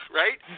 right